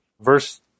verse